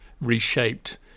reshaped